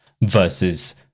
versus